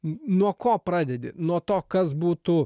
nuo ko pradedi nuo to kas būtų